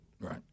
Right